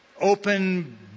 open